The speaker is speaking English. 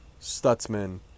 Stutzman